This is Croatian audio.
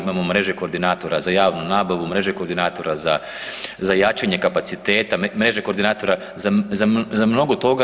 Imamo mreže koordinatora za javnu nabavu, mreže koordinatora za jačanje kapaciteta, mreže koordinatora za mnogo toga.